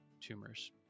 tumors